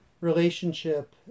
relationship